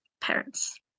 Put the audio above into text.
parents